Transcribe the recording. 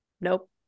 nope